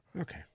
Okay